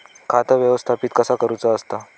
खाता व्यवस्थापित कसा करुचा असता?